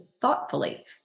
thoughtfully